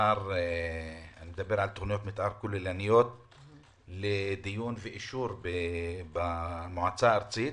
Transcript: מתאר כוללניות לדיון ואישור במועצה הארצית.